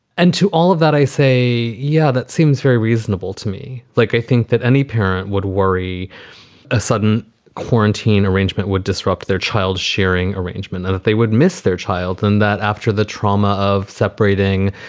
and to all of that, i say, yeah, that seems very reasonable to me. like, i think that any parent would worry a sudden quarantine arrangement would disrupt their child's sharing arrangement and that they would miss their child and that after the trauma of separating,